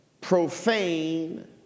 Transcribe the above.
profane